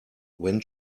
when